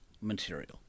material